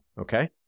Okay